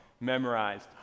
memorized